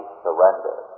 surrender